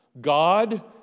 God